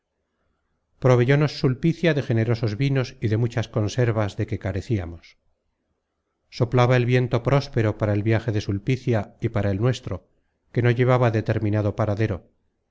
bien proveyónos sulpicia de generosos vinos y de muchas conservas de que careciamos soplaba el viento próspero para el viaje de sulpicia y para el nuestro que no llevaba determinado paradero